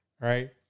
right